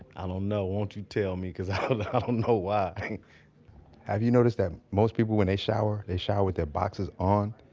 i don't know. why don't you tell me, cause i don't know why have you noticed that most people, when they shower they shower with their boxers on,